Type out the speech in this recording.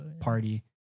party